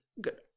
good